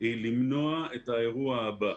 היא למנוע את האירוע הבא.